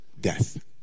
death